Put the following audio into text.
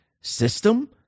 system